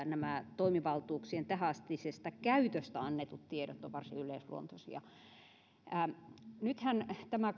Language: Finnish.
nämä toimivaltuuksien tähänastisesta käytöstä annetut tiedot ovat varsin yleisluontoisia tämä